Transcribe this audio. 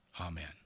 amen